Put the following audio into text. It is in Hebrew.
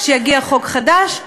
כשיגיע חוק חדש,